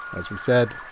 as we said,